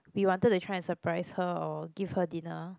we wanted to try and surprise her or give her dinner